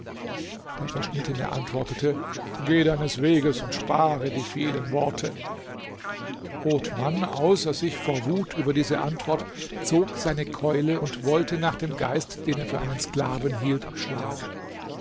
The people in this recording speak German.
der verschnittene antwortete gehe deines weges und spare die vielen worte othman außer sich vor wut über diese antwort zog seine keule und wollt nach dem geist den er für einen sklaven hielt schlagen